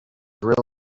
really